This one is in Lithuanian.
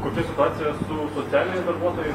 kokia situacija su socialiniais darbuotojais